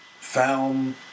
found